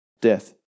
death